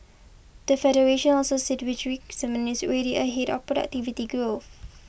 the Federation also said increment is already ahead of productivity growth